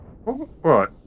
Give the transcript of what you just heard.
Right